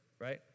right